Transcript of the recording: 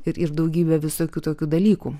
ir ir daugybė visokių tokių dalykų